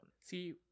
See